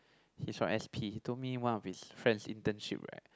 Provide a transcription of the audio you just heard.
he's from s_p he told me one of his friends internship right